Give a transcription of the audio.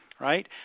Right